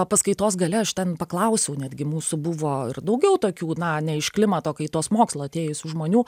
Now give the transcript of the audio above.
o paskaitos gale aš ten paklausiau netgi mūsų buvo ir daugiau tokių na ne iš klimato kaitos mokslo atėjusių žmonių